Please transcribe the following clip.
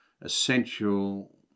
essential